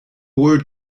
word